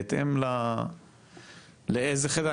בהתאם לאיזה חדר,